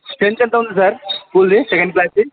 strength ఎంత ఉంది sir స్కూల్ది సెకండ్ క్లాస్ది